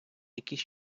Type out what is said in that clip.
якийсь